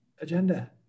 agenda